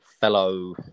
fellow